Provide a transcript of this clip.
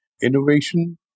innovation